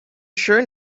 sure